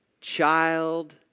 child